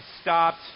stopped